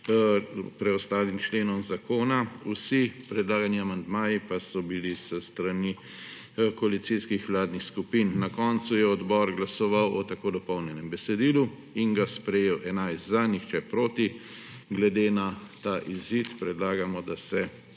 preostalim členom zakona. Vsi predlagani amandmaji so bili s strani koalicijskih, vladnih skupin. Na koncu je odbor glasoval o tako dopolnjenem besedilu in ga sprejel, 11 za, nihče proti. Glede na ta izid predlagamo, da se